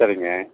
சரிங்க